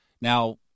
Now